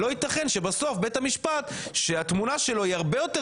לא יתכן שבסוף בית המשפט - שהתמונה שלו היא הרבה יותר